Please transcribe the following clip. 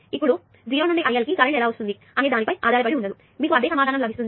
ఇప్పుడు అది 0 నుండి IL కి కరెంట్ ఎలా వస్తుంది అనే దానిపై ఆధారపడి ఉండదు మీకు అదే సమాధానం లభిస్తుంది